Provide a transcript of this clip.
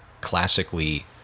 classically